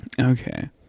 Okay